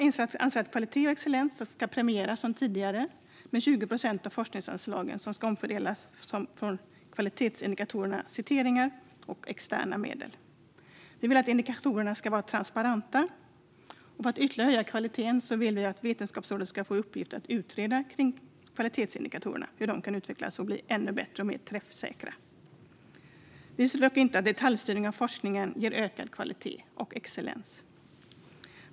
Moderaterna anser att kvalitet och excellens ska premieras som tidigare, där 20 procent av forskningsanslagen omfördelas utifrån kvalitetsindikatorerna citeringar och externa medel. Vi vill att indikatorerna ska vara transparenta, och för att ytterligare höja kvaliteten vill vi att Vetenskapsrådet ska få i uppgift att utreda hur kvalitetsindikatorerna kan utvecklas och bli ännu bättre och mer träffsäkra. Vi ser dock inte att detaljstyrning av forskningen ger ökad kvalitet och excellens.